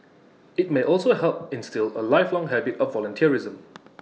IT may also help instil A lifelong habit of volunteerism